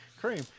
Cream